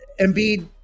Embiid